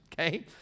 Okay